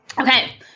Okay